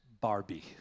Barbie